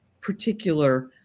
particular